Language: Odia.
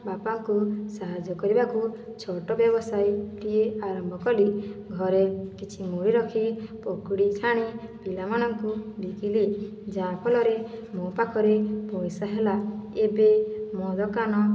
ବାପାଙ୍କୁ ସାହାଯ୍ୟ କରିବାକୁ ଛୋଟ ବ୍ୟବସାୟୀଟିଏ ଆରମ୍ଭ କଲି ଘରେ କିଛି ମୂଢ଼ି ରଖି ପକୁଡ଼ି ଛାଣି ପିଲାମାନଙ୍କୁ ବିକିଲି ଯାହା ଫଲରେ ମୋ ପାଖରେ ପଇସା ହେଲା ଏବେ ମୋ ଦୋକାନ